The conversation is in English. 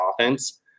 offense